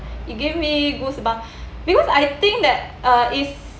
it gave me goosebumps because I think that uh is